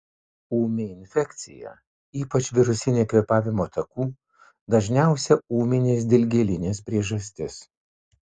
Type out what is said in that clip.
ūmi infekcija ypač virusinė kvėpavimo takų dažniausia ūminės dilgėlinės priežastis